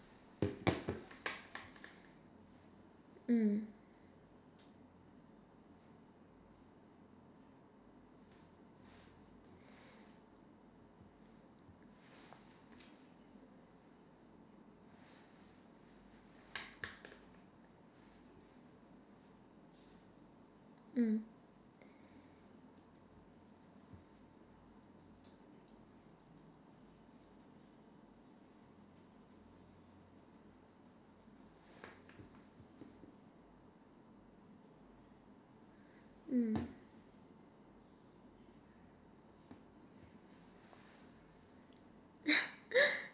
mm mm mm